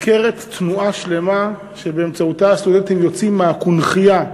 ניכרת תנועה שלמה שבאמצעותה הסטודנטים יוצאים מהקונכייה,